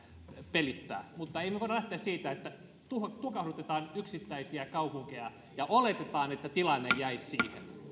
pelittää mutta emme me voi lähteä siitä että tukahdutetaan yksittäisiä kaupunkeja ja oletetaan että tilanne jäisi siihen